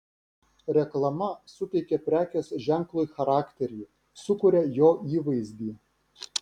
reklama suteikia prekės ženklui charakterį sukuria jo įvaizdį